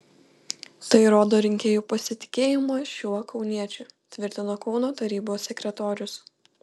tai rodo rinkėjų pasitikėjimą šiuo kauniečiu tvirtino kauno tarybos sekretorius